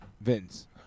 Vince